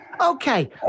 Okay